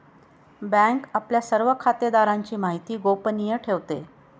bank आपल्या सर्व खातेदारांची माहिती गोपनीय ठेवते